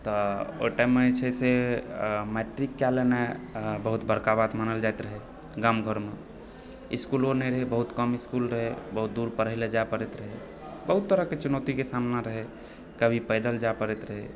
तऽ ओहिटाइममे जे छै से मैट्रिक कए लेनाइ बहुत बड़का बात मानल जाइत रहै गाम घरमे स्कूलो नहि रहै बहुत कम स्कूल रहै बहुत दूर स्कूल पढ़य ला जाइ पड़ति रहै बहुत तरहके चुनौतीके सामना रहै कभी पैदल जाय पड़ति रहै